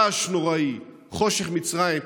רעש נוראי, חושך מצרים.